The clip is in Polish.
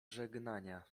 żegnania